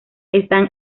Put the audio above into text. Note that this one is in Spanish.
están